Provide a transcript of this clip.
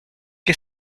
que